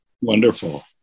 Wonderful